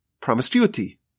promiscuity